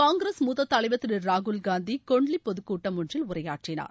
காங்கிரஸ் மூத்த தலைவர் திரு ராகுல்காந்தி கோண்டீல் பொதுக்கூட்டம் ஒன்றில் உரையாற்றினார்